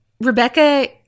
Rebecca